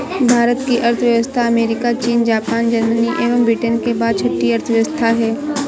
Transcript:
भारत की अर्थव्यवस्था America, China, Japan, Germany एवं ब्रिटेन के बाद छठी अर्थव्यवस्था है